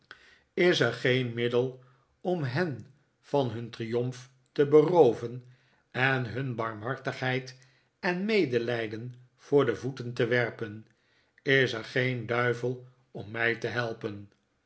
is er geen middel om hen van hun triomf te berooven en hun hun barmhartigheid en medelijden voor de voeten te werpen is er geen duivel om mij te helpen